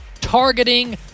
targeting